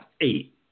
eight